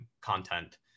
content